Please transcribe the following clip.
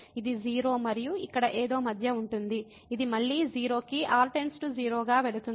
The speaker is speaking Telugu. ఇది 0 మరియు ఇక్కడ ఏదో మధ్య ఉంటుంది ఇది మళ్ళీ 0 కి r→0 గా వెళుతుంది